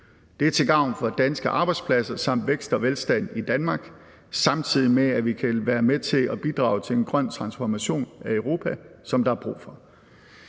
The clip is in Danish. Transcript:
Det er til gavn for danske arbejdspladser samt vækst og velstand i Danmark, samtidig med at vi kan være med til at bidrage til en grøn transformation af Europa, som der er brug for.